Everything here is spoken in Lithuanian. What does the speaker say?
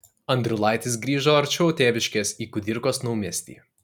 andriulaitis grįžo arčiau tėviškės į kudirkos naumiestį